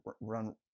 run